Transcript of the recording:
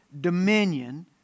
dominion